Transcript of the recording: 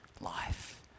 life